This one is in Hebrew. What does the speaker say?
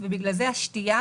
ובגלל זה השתייה